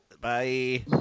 bye